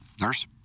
Nurse